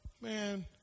man